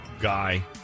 guy